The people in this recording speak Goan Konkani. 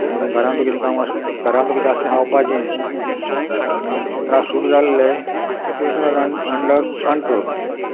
आनी घरांतू कितें काम आसं घरांत कितें आस तें खावपाचें आनी त्रास खूब जाल्ले पूण सिट्युएशनं अंडर कंट्रोल